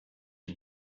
die